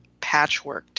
patchworked